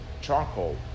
charcoal